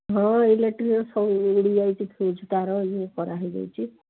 ହଁ ଇଲେକ୍ଟ୍ରି ସବୁ ଉଡ଼ିଯାଇଛି ଫ୍ୟୁଜ୍ ତାର କରେଣ୍ଟ୍ ହେଇଯାଉଛି